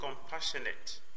compassionate